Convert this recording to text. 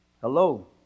Hello